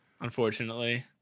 unfortunately